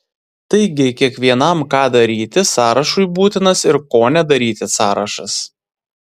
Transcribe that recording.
taigi kiekvienam ką daryti sąrašui būtinas ir ko nedaryti sąrašas